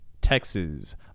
Texas